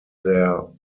their